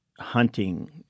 hunting